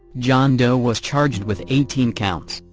john doe was charged with eighteen counts,